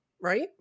right